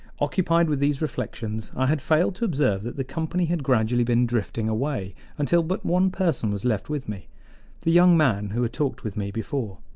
occupied with these reflections, i had failed to observe that the company had gradually been drifting away until but one person was left with me the young man who had talked with me before.